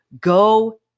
go